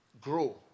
grow